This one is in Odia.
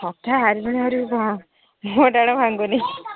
କଥା ହାରିବୁ ନ ହାରିବୁ କ'ଣ ମୁହଁଟାଣ ଭାଙ୍ଗୁନି